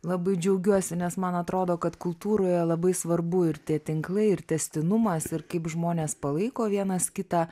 labai džiaugiuosi nes man atrodo kad kultūroje labai svarbu ir tie tinklai ir tęstinumas ir kaip žmonės palaiko vienas kitą